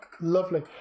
lovely